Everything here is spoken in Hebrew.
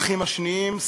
האחים השניים,